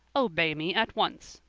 obey me at once.